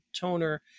toner